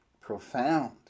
profound